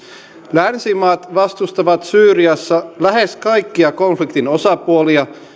länsimaat vastustavat syyriassa lähes kaikkia konfliktin osapuolia